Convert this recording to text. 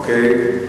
אוקיי.